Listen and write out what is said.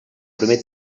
primer